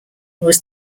was